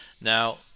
Now